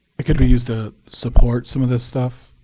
it could be used to support some of this stuff,